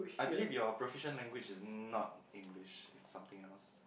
I believe your proficient language is not English it's something else